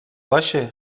باشه